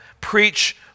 preach